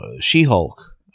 She-Hulk